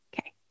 Okay